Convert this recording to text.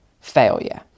failure